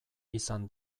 izan